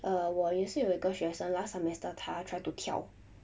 err 我也是有一个学生 last semester 他 try to 跳